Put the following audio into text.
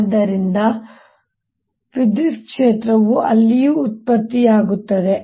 ಆದ್ದರಿಂದ ಅಂದರೆ ವಿದ್ಯುತ್ ಕ್ಷೇತ್ರವು ಅಲ್ಲಿಯೂ ಉತ್ಪತ್ತಿಯಾಗುತ್ತದೆ